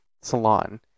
salon